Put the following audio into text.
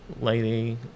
lady